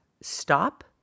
stop